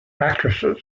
actresses